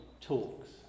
talks